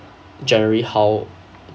generally how